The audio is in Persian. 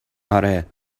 آره